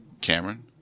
Cameron